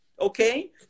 Okay